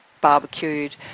barbecued